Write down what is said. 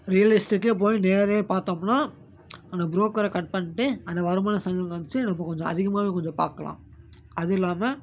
real எஸ்டேட்லேயே போய் நேரா பார்த்தோம்னா அந்த ப்ரோக்கரை கட் பண்ணிட்டு அந்த வருமான செலவு வச்சு நம்ம அதிகமாகவே கொஞ்சம் பார்க்கலாம் அதுவும் இல்லாமல்